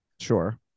sure